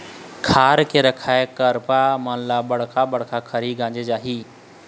खार के रखाए करपा मन ल बड़का बड़का खरही गांजे जाही